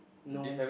no